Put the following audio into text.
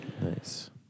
Nice